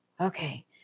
okay